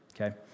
okay